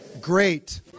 great